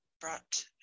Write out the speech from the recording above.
brought